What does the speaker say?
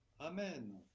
Amen